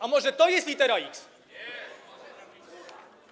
A może to jest litera X?